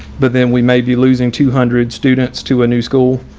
but then we may be losing two hundred students to a new school,